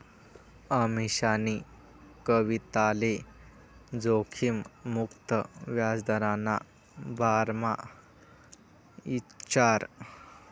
अमीशानी कविताले जोखिम मुक्त याजदरना बारामा ईचारं